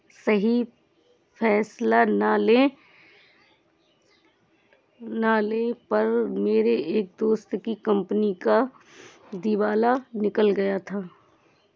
सही फैसला ना लेने पर मेरे एक दोस्त की कंपनी का दिवाला निकल गया था